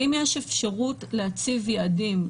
האם יש אפשרות להציב יעדים,